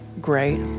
great